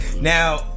Now